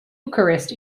eucharist